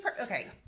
Okay